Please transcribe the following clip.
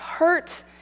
hurt